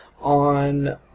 on